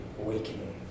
awakening